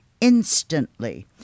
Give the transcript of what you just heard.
instantly